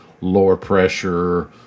lower-pressure